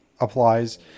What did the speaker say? applies